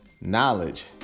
knowledge